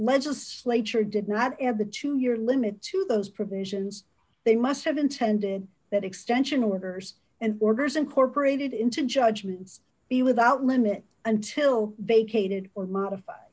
legislature did not ever to your limit to those provisions they must have intended that extension orders and orders incorporated into judgments be without limit until vacated or modif